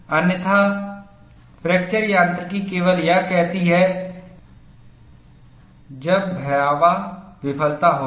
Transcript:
अन्यथा फ्रैक्चर यांत्रिकी केवल यह कहती है कि जब भयावह विफलता होगी